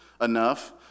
enough